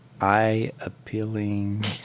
eye-appealing